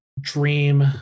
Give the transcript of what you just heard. dream